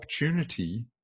opportunity